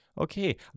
Okay